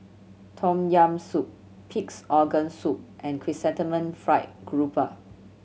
Tom Yam Soup Pig's Organ Soup and Chrysanthemum Fried Grouper